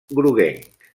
groguenc